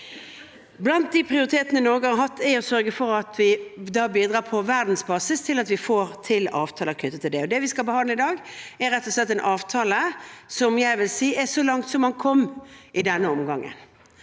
Blant de prioritetene Norge har hatt, er det å sørge for at vi bidrar på verdensbasis til å få til avtaler knyttet til dette. Det vi skal behandle i dag, er rett og slett en avtale jeg vil si er så langt som man kom i denne omgangen.